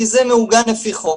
כי זה מעוגן לפי חוק,